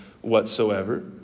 whatsoever